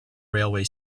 railway